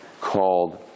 called